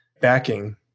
backing